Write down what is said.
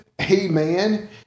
Amen